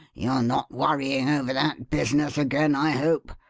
you are not worrying over that business again, i hope.